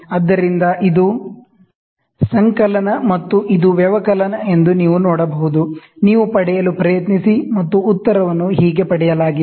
ಆದ್ದರಿಂದ ಇದು ಎಡಿಷನ್ ಮತ್ತು ಇದು ಸಬ್ಟ್ರಾಕ್ಷನ್ ಎಂದು ನೀವು ನೋಡಬಹುದು ನೀವು ಪಡೆಯಲು ಪ್ರಯತ್ನಿಸಿ ಮತ್ತು ಉತ್ತರವನ್ನು ಹೀಗೆ ಪಡೆಯಲಾಗಿದೆ